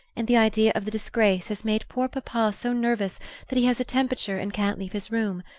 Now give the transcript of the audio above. and the idea of the disgrace has made poor papa so nervous that he has a temperature and can't leave his room.